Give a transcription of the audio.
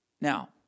Now